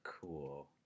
cool